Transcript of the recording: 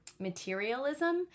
Materialism